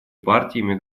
партиями